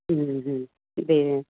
ते